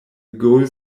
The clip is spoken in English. goal